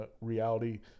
reality